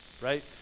right